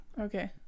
Okay